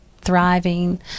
thriving